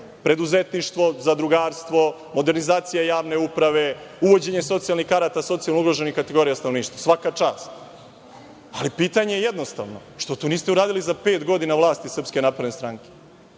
preduzetništvo, zadrugarstvo, modernizacija javne uprave, uvođenje socijalnih karata socijalno ugroženih kategorija stanovništva. Svaka čast. Ali, pitanje je jednostavno – što to niste uradili za pet godina vlasti SNS? Šta se